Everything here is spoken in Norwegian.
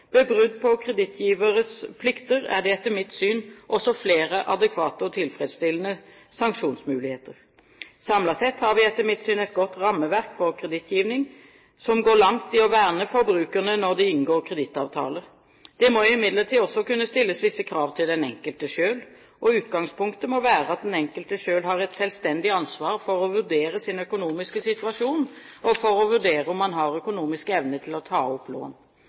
brudd på kredittgivernes plikter er det etter mitt syn også flere adekvate og tilfredsstillende sanksjonsmuligheter. Samlet sett har vi etter mitt syn et godt rammeverk for kredittgiving, som går langt i å verne forbrukerne når de inngår kredittavtaler. Det må imidlertid også kunne stilles visse krav til den enkelte selv. Utgangspunktet må være at den enkelte selv har et selvstendig ansvar for å vurdere sin økonomiske situasjon og for å vurdere om man har økonomisk evne til å ta opp lån.